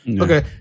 okay